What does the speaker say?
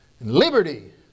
liberty